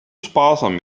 sparsam